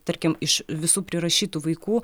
tarkim iš visų prirašytų vaikų